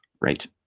right